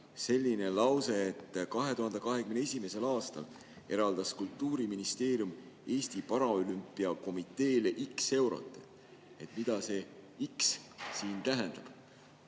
selline lause, et 2021. aastal eraldas Kultuuriministeerium Eesti Paralümpiakomiteele X eurot. Mida see X siin tähendab?